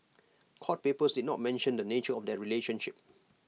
court papers did not mention the nature of their relationship